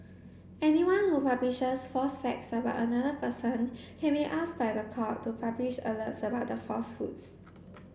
anyone who publishes false facts about another person can be asked by the court to publish alerts about the falsehoods